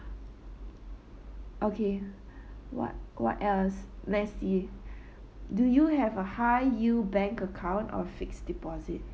okay what what else let's see do you have a high yield bank account or fixed deposit